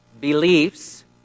beliefs